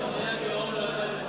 אנחנו מדברים על הגירעון של 2012. דקה.